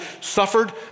suffered